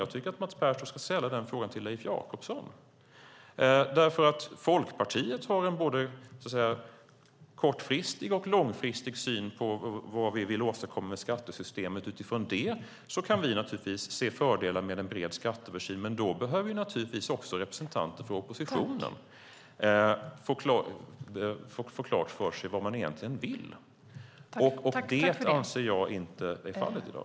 Jag tycker att Mats Pertoft ska ställa den frågan till Leif Jakobsson. Folkpartiet har en både kortfristig och långfristig syn på vad vi vill åstadkomma med skattesystemet. Utifrån det kan vi se fördelar med en bred skatteöversyn, men då behöver naturligtvis också representanter för oppositionen få klart för sig vad de egentligen vill. Jag anser att det inte är fallet i dag.